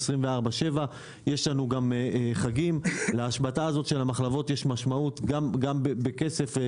24/7. לנו יש גם חגים ולהשבתה של המחלבות יש משמעות גם בכסף.